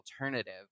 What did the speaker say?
alternative